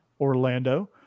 Orlando